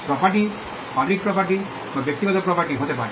property public property বা ব্যক্তিগত property হতে পারে